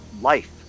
life